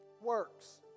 works